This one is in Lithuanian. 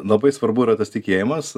labai svarbu yra tas tikėjimas